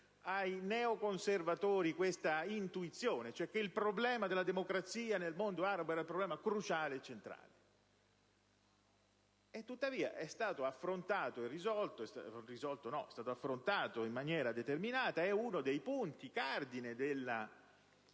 ai neoconservatori quest'intuizione, e cioè che il problema della democrazia nel mondo arabo era cruciale e centrale. Tuttavia non è stato ancora risolto, anche se è stato affrontato in maniera determinata, ed è uno dei punti cardine della